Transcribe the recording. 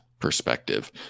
perspective